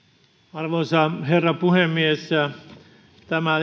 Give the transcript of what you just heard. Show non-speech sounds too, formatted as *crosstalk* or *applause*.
arvoisa herra puhemies tämä *unintelligible*